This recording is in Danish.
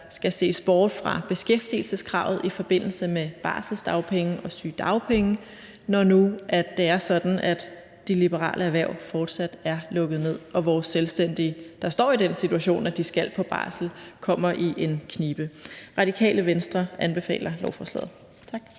skal ses bort fra beskæftigelseskravet i forbindelse med barselsdagpenge og sygedagpenge, når nu det er sådan, at de liberale erhverv fortsat er lukket ned og selvstændige, der står i den situation, at de skal på barsel, kommer i en knibe. Radikale Venstre anbefaler lovforslaget. Tak.